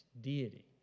deity